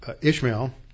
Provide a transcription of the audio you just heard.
Ishmael